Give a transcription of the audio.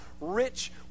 rich